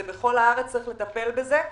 זה בכל הארץ, צריך לטפל בזה.